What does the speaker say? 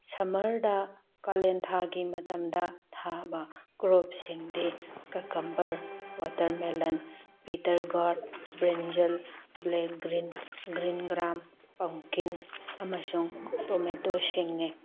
ꯁꯝꯃꯔꯗ ꯀꯥꯂꯦꯟ ꯊꯥꯒꯤ ꯃꯇꯝꯗ ꯊꯥꯕ ꯀ꯭ꯔꯣꯞꯁꯤꯡꯗꯤ cucumber watermelon bitter gourd brinjal black green green gram pumpkin ꯑꯃꯁꯨꯡ ꯇꯣꯃꯦꯇꯣ ꯁꯤꯡꯅꯤ